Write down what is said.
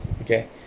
okay